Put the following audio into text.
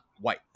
white